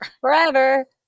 Forever